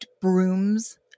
brooms